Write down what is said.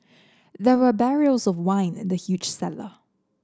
there were barrels of wine in the huge cellar